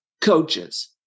coaches